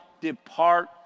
depart